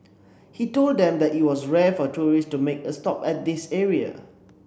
he told them that it was rare for tourists to make a stop at this area